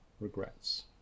regrets